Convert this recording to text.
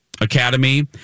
academy